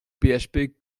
php